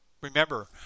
Remember